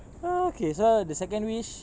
okay so the second wish